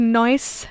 noise